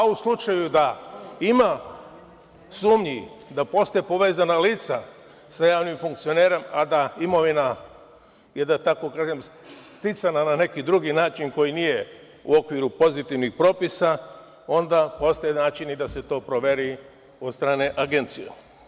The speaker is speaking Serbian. U slučaju da ima sumnji da postoje povezana lica sa javnim funkcionerom, da imovina je, da tako kažem, sticana na neki drugi način koja nije u okviru pozitivnih propisa, onda postoji način i da se to proveri od strane Agencije.